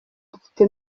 dufite